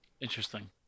Interesting